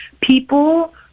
people